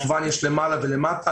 יש כמובן למעלה ולמטה,